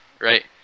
right